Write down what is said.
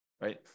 right